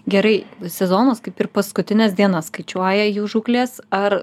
gerai sezonas kaip ir paskutines dienas skaičiuoja jų žūklės ar